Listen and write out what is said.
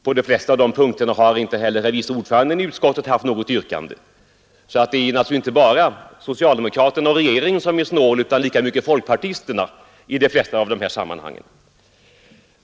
På de flesta av de punkterna har inte heller herr vice ordföranden i utskottet haft något yrkande, så det är inte bara socialdemokraterna som är snåla utan lika mycket folkpartisterna i de flesta av de här sammanhangen.